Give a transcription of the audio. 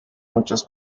muchos